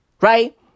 Right